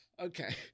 Okay